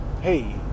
Hey